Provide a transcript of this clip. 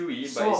soft